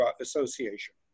association